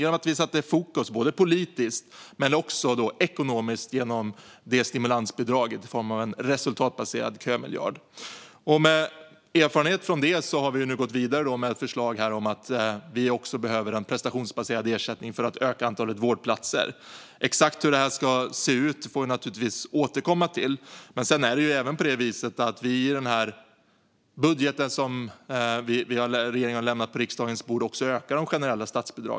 Det satte fokus politiskt men också ekonomiskt genom stimulansbidraget i form av en resultatbaserad kömiljard. Med erfarenhet från det har vi nu gått vidare med ett förslag om att vi också behöver en prestationsbaserad ersättning för att öka antalet vårdplatser. Exakt hur det ska se ut får vi naturligtvis återkomma till. Sedan är det även på det viset att vi i den budget som regeringen har lämnat på riksdagens bord ökar de generella statsbidragen.